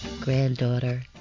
Granddaughter